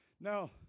Now